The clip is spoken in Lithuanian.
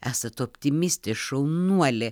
esat optimistė šaunuolė